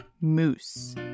Moose